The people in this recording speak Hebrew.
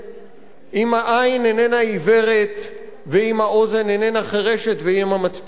אם העין איננה עיוורת ואם האוזן איננה חירשת ואם המצפון איננו אטום.